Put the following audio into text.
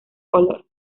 color